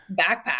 backpack